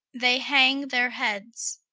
they hang their heads.